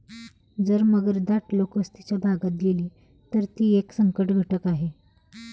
जर मगर दाट लोकवस्तीच्या भागात गेली, तर ती एक संकटघटक आहे